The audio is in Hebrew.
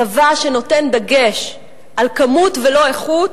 צבא שנותן דגש על כמות ולא איכות,